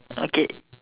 okay